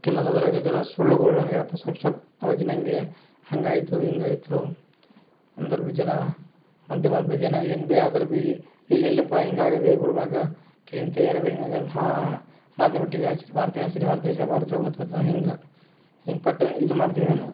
ಕೆಲ್ವೊಂದು ಅದ್ರಾಗೆ ಜರ ಸುಳ್ಳುಗಳನ್ನು ಹೇಳ್ತಾ ಸ್ವಲ್ಪ್ ಸ್ವಲ್ಪ್ ಅವಾಗಿನಂಗೆ ಹಂಗಾಯಿತು ಹಿಂಗಾಯಿತು ಅಂದರೆ ಬಿ ಜರ ಮಾಧ್ಯಮದ್ ಬಗ್ಗೆ ನಂಗೆ ಏನ್ ಬಿ ಅದರ ಬಿ ಈಗ ಎಲ್ಲಪ್ಪ ಹಿಂಗಾಗದೆ ಗುಲ್ಬರ್ಗ ಕೆ ಇಂಥ ಏರಿಯಾದಗೆ ಹಿಂಗಾಗ್ಯದೆ ಹಾಂ ಮಾಧ್ಯಮದ ಟಿವಿ ಹಚ್ಚಿರಿ ವಾರ್ತೆ ಹಚ್ಚಿರಿ ವಾರ್ತೆ ವಾರ್ತೆ ಓದ್ತಾ ಓದ್ತಾ ಹಿಂಗೆ ಹಿಂಗೆ ಪಟ್ಟ ಇದು ಮಾಡ್ತಿದೇನು